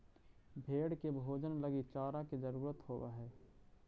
भेंड़ के भोजन लगी चारा के जरूरत होवऽ हइ